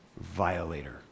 violator